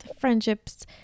friendships